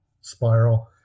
spiral